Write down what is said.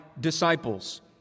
disciples